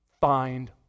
find